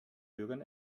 bürgern